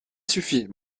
suffit